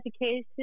education